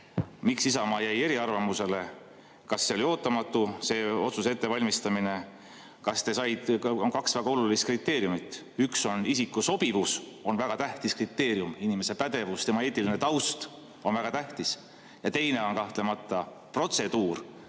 miks Isamaa jäi eriarvamusele. Kas see oli ootamatu, see otsuse ettevalmistamine? On kaks väga olulist kriteeriumit. Üks on isiku sobivus, mis on väga tähtis kriteerium, inimese pädevus, tema eetiline taust on väga tähtis, ja teine on kahtlemata protseduur,